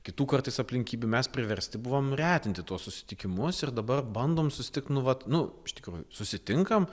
kitų kartais aplinkybių mes priversti buvom retinti tuos susitikimus ir dabar bandom susitikt vat nu iš tikrųjų susitinkam